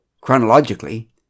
Chronologically